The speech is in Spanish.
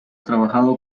trabajado